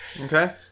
Okay